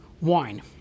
wine